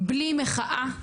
בלי מחאה,